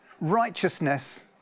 righteousness